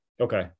okay